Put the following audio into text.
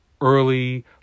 early